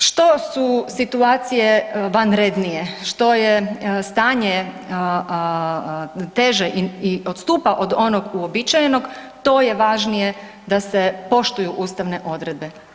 Dakle, što su situacije vanrednije, što je stanje teže i odstupa od onog uobičajenog, to je važnije da se poštuju ustavne odredbe.